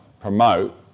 promote